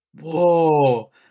Whoa